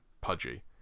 pudgy